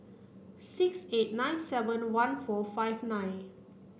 six eight nine seven one four five nine